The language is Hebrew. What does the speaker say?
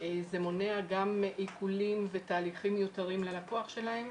זה מונע גם עיקולים ותהליכים מיותרים ללקוח שלהם.